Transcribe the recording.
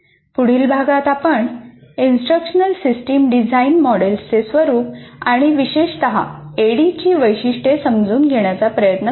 पुढील भागात आपण इंस्ट्रक्शनल सिस्टम डिझाइन मॉडेल्सचे स्वरूप आणि विशेषत ऍडी ची वैशिष्ट्ये समजून घेण्याचा प्रयत्न करू